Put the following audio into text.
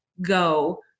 go